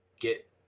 get